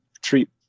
treat